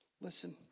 Listen